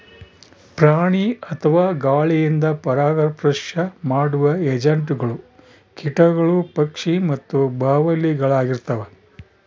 ಪ್ರಾಣಿ ಅಥವಾ ಗಾಳಿಯಿಂದ ಪರಾಗಸ್ಪರ್ಶ ಮಾಡುವ ಏಜೆಂಟ್ಗಳು ಕೀಟಗಳು ಪಕ್ಷಿ ಮತ್ತು ಬಾವಲಿಳಾಗಿರ್ತವ